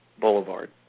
Boulevard